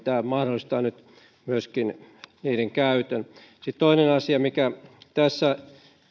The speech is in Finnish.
mahdollistaa nyt myöskin niiden käytön sitten toinen asia mikä tässä